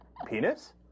penis